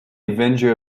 avenger